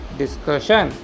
discussion